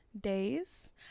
days